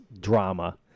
drama